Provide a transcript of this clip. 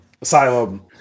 asylum